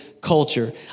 culture